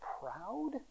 Proud